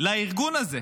לארגון הזה,